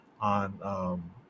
on